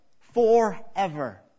forever